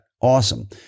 awesome